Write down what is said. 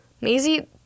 Maisie